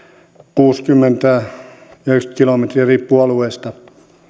kuusikymmentä viiva yhdeksänkymmentä kilometriä riippuu alueesta